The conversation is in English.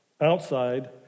Outside